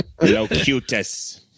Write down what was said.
Locutus